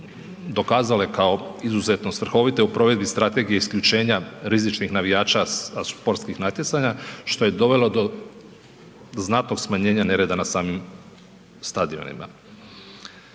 dokazale kao izuzetno svrhovite u provedbi strategije isključenja rizičnih navijača sa sportskih natjecanja što je dovelo do znatnog smanjenja nereda na samim stadionima.